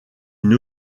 une